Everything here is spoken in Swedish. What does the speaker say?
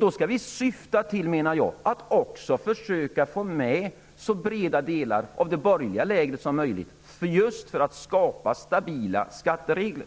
Då skall vi syfta till att också försöka få med en så bred del som möjligt av det borgerliga lägret, just för att skapa stabila skatteregler.